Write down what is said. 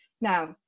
now